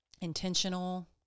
intentional